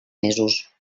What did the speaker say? mesos